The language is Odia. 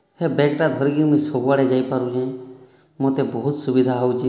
ହେ ବ୍ୟାଗ୍ଟା ଧରିକି ମୁଇଁ ସବୁଆଡ଼େ ଯାଇପାରୁଚେଁ ମୋତେ ବହୁତ୍ ସୁବିଧା ହଉଛେ